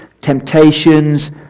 temptations